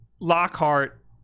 lockhart